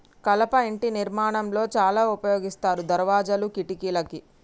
కలప ఇంటి నిర్మాణం లో చాల ఉపయోగిస్తారు దర్వాజాలు, కిటికలకి